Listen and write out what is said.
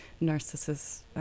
narcissus